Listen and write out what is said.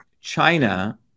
China